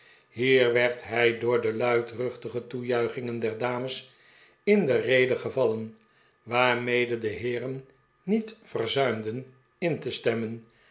hier werd hij door de luidruchtige toejuichingen der dames in de rede gevallen waarmede de heeren niet verzuimden in te stemmen